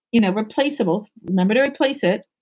you know replaceable. remember to replace it.